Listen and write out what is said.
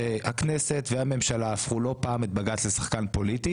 הכנסת והממשלה הפכו לא פעם את בג"צ לשחקן פוליטי